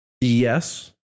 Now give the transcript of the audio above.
Yes